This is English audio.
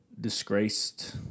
disgraced